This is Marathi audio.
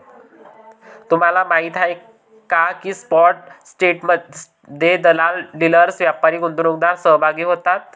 तुम्हाला माहीत आहे का की स्पॉट ट्रेडमध्ये दलाल, डीलर्स, व्यापारी, गुंतवणूकदार सहभागी होतात